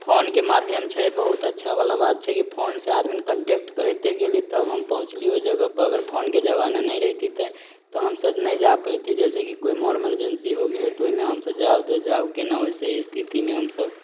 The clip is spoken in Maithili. फोनके माध्यम छै बहुत अच्छावला बात छै की फोनसँ आदमी कॉन्टेक्ट करैते गेलियै तब हम पहुँचली ओइ जगह पऽ फोनके जमाना नहि रहितै तऽ हमसब नहि जा पैती जैसे की कोइ मऽर इमरजेन्सी हो गेलै तऽ ओइमे हमसब जाउ तऽ जाउ केना ओइसे स्थितिमे हमसब